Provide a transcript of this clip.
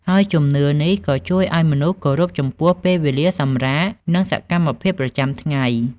ហើយជំនឿនេះក៏ជួយឲ្យមនុស្សគោរពចំពោះពេលវេលាសម្រាក និងសកម្មភាពប្រចាំថ្ងៃ។